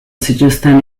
zituzten